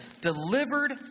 Delivered